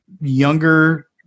younger